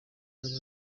canada